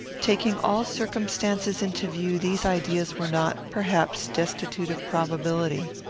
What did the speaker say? taking all circumstances into view, these ideas were not, perhaps, destitute of probability.